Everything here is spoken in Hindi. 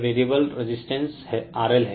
यह वेरिएबल रेजिस्टेंस RL है